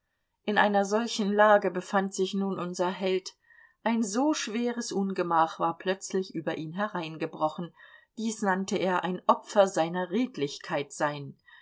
in einer solchen lage befand sich nun unser held ein so schweres ungemach war plötzlich über ihn hereingebrochen dies nannte er ein opfer seiner redlichkeit sein